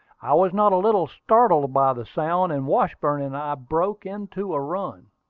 i was not a little startled by the sound, and washburn and i broke into a run.